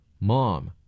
Mom